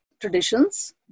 traditions